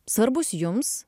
svarbus jums